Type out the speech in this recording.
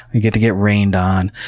we get to get rained on,